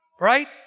Right